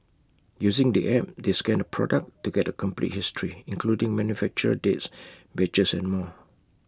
using the app they scan the product to get A complete history including manufacturer dates batches and more